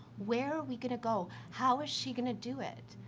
where are we going to go? how is she going to do it?